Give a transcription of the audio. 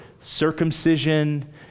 circumcision